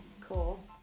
Cool